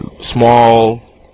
small